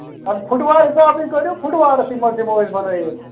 اَدٕ فُٹوار حِسابٕے کٔڑِو فُٹوارَسٕے منٛز دِمو أسۍ بَنٲیِتھ